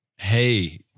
Hey